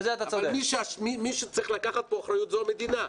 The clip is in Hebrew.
אבל מי שצריך לקחת פה אחריות זו המדינה.